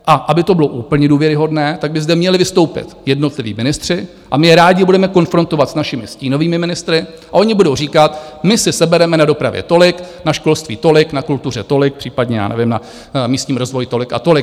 A aby to bylo úplně důvěryhodné, tak by zde měli vystoupit jednotliví ministři, a my je rádi budeme konfrontovat s našimi stínovými ministry, a oni budou říkat, my si sebereme na dopravě tolik, na školství tolik, na kultuře tolik, případně, já nevím, na místním rozvoji tolik a tolik.